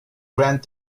grant